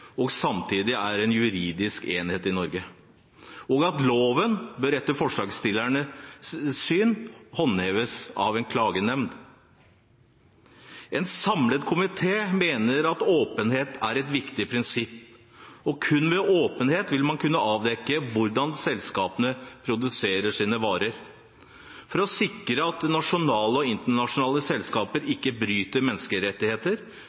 og samtidig er en juridisk enhet i Norge. Loven bør etter forslagsstillernes syn håndheves av en klagenemnd. En samlet komité mener at åpenhet er et viktig prinsipp, og kun ved åpenhet vil man kunne avdekke hvordan selskapene produserer sine varer. For å sikre at nasjonale og internasjonale selskaper ikke bryter menneskerettigheter, kan man på den måten etterprøve hva som skjer i